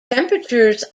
temperatures